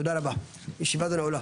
תודה רבה, ישיבה זו נעולה.